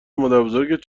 مادربزرگت